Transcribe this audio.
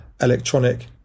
electronic